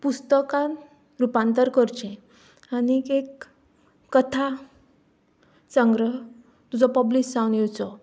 पुस्तकान रुपांतर करचें आनी एक कथा संग्रह तुजो पब्लीश जावन येवचो